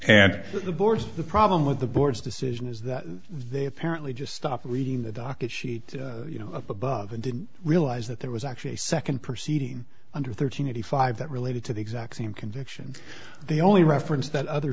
board the problem with the board's decision is that they apparently just stopped reading the docket sheet you know above and didn't realize that there was actually a second proceeding under thirteen eighty five that related to the exact same conviction the only reference that other